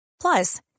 Plus